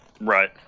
right